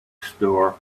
store